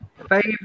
Favorite